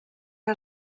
que